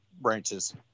branches